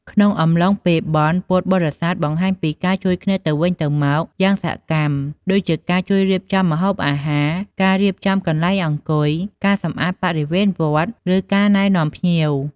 ក្នុងអំឡុងពេលបុណ្យ ពុទ្ធបរិស័ទបង្ហាញពីការជួយគ្នាទៅវិញទៅមកយ៉ាងសកម្ម ដូចជាការជួយរៀបចំម្ហូបអាហារ ការរៀបចំកន្លែងអង្គុយ ការសម្អាតបរិវេណវត្ត ឬការណែនាំភ្ញៀវ។